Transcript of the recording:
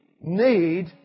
need